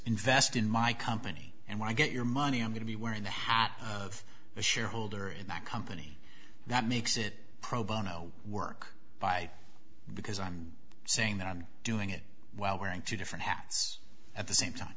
invest in my company and when i get your money i'm going to be wearing the hat of a shareholder in that company that makes it pro bono work by because i'm saying that i'm doing it while wearing two different hats at the same time